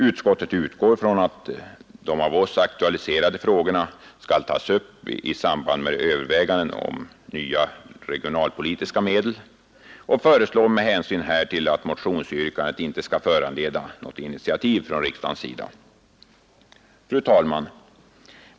Utskottet utgår från att de av oss aktualiserade frågorna skall tas upp i samband med övervägandena om nya regionalpolitiska medel och föreslår med hänsyn härtill att motionsyrkandet inte skall föranleda något initiativ från riksdagens sida. Herr talman!